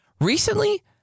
Recently